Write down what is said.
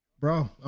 Bro